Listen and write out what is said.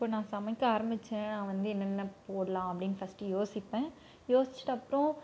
இப்போ நான் சமைக்க ஆரம்பித்தேன் நான் வந்து என்னென்ன போடலாம் அப்படின்னு ஃபர்ஸ்டு யோசிப்பேன் யோசிவிட்டு அப்புறம்